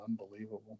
unbelievable